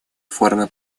формы